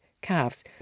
calves